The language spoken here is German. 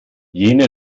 jene